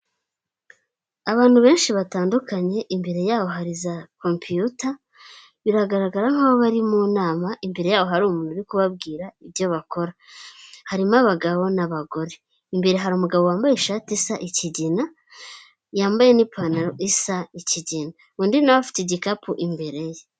Abantu benshi batandukanye, imbere yabo hari za compiyuta, biragaragara nk'aho bari mu nama, imbere yabo hari umuntu uri kubabwira ibyo bakora .Harimo abagabo n'abagore. Imbere hari umugabo wambaye ishati isa ikigina ,yambaye n'ipantaro isa ikigina. Undi nawe we afite igikapu imbere ye.